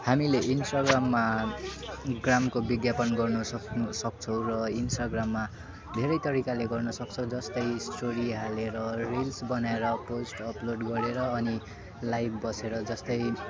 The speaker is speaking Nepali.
हामीले इन्स्टाग्राममा ग्रामको विज्ञापन गर्न सक्नु सक्छौँ र इन्स्टाग्राममा धेरै तरिकाले गर्न सक्छौँ जस्तै स्टोरी हालेर रिल्स बनाएर पोस्ट अप्लोड गरेर अनि लाइभ बसेर जस्तै